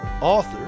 author